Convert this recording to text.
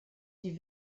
die